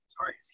Sorry